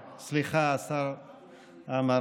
רואה, רואה.